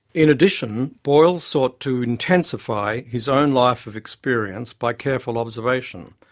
in addition, boyle sought to intensify his own life of experience by careful observation.